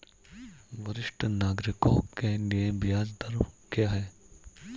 वरिष्ठ नागरिकों के लिए ब्याज दर क्या हैं?